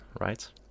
right